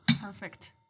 Perfect